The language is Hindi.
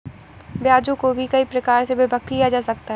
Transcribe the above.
ब्याजों को भी कई प्रकार से विभक्त किया जा सकता है